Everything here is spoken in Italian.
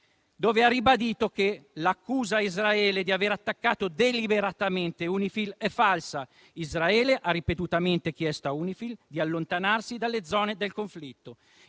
quale ha ribadito che l'accusa a Israele di aver attaccato deliberatamente UNIFIL è falsa. Israele ha ripetutamente chiesto a UNIFIL di allontanarsi dalle zone del conflitto.